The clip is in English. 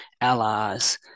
allies